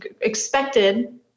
expected